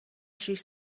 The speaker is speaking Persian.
شیش